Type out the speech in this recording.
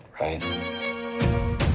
right